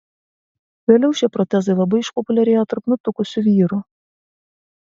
vėliau šie protezai labai išpopuliarėjo tarp nutukusių vyrų